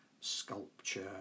sculpture